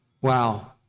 Wow